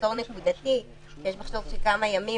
מחסור נקודתי של כמה ימים